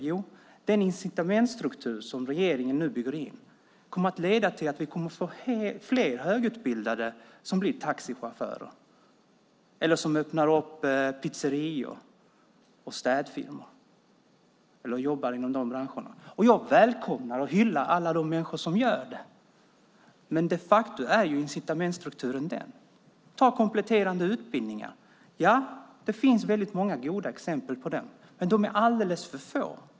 Jo, den incitamentsstruktur som regeringen nu bygger in kommer att leda till att vi får fler högutbildade som blir taxichaufförer, som öppnar pizzerior och städfirmor eller som jobbar inom de branscherna. Jag välkomnar och hyllar alla de människor som gör det, men de facto är incitamentsstrukturen sådan. Ta kompletterande utbildningar. Ja, det finns många goda exempel på sådana, men de är alldeles för få.